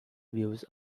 views